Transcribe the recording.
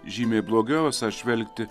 žymiai blogiau esą žvelgti